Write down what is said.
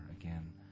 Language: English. again